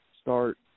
start